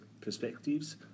perspectives